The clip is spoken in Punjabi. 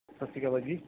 ਸਤਿ ਸ਼੍ਰੀ ਅਕਾਲ ਭਾਅ ਜੀ